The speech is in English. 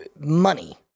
money